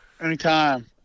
Anytime